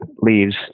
leaves